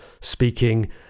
speaking